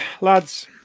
lads